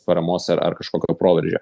paramos ar ar kažkokio proveržio